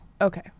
Okay